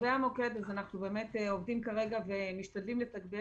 לגבי המוקד, אנחנו עובדים ומשתדלים לתגבר.